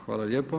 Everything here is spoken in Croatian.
Hvala lijepo.